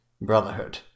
Brotherhood